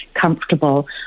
comfortable